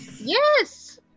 Yes